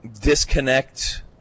disconnect